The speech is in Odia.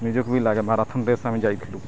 ନିଜକୁ ବି ଲାଗେ ମାରାଥନ୍ ରେସ୍ ଆମେ ଯାଇଥିଲୁ